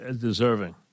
deserving